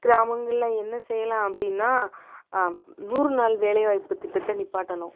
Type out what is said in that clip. கிராமங்களில் என்ன செய்யலாம் அப்படின்னா நூறு நாள் வேலைவாய்ப்பு திட்டத்தை நிப்பாட்டணும்